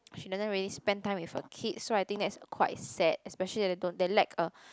she doesn't really spend time with her kids so I think that's quite sad especially the little they lack a